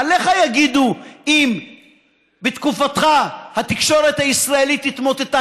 ועליך יגידו אם בתקופתך התקשורת הישראלית התמוטטה,